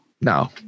No